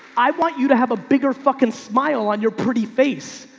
i want you to have a bigger fucking smile on your pretty face.